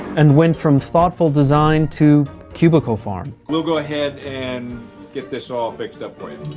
and went from thoughtful design to cubicle farm. we'll go ahead and get this all fixed up